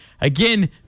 again